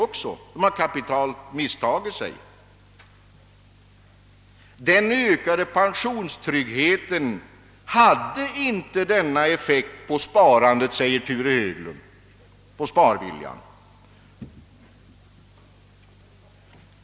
Oppositionen har kapitalt misstagit sig; den ökade pensionstryggheten hade inte denna effekt på sparviljan, säger Rune Höglund.